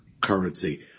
currency